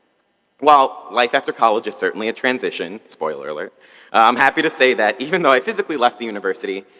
while life after college is certainly a transition spoiler alert i'm happy to say that even though i physically left the university,